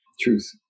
truth